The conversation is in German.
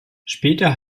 später